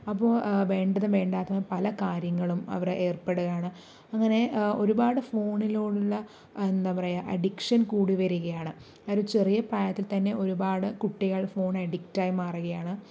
അപ്പോൾ വേണ്ടതും വേണ്ടാത്തതും പല കാര്യങ്ങളും അവര് ഏർപ്പെടുകയാണ് അങ്ങനെ ഒരുപാട് ഫോണിലൂടെയുള്ള എന്താ പറയുക അഡിക്ഷൻ കൂടി വരികയാണ് ആ ഒരു ചെറിയ പ്രായത്തിൽ തന്നെ ഒരുപാട് കുട്ടികൾ ഫോൺ അഡിക്ടായി മാറുകയാണ്